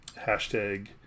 Hashtag